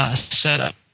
setup